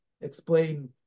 explain